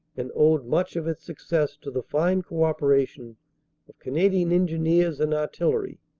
and owed much of its success to the fine co-operation of canadian engineers and artillery.